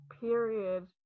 period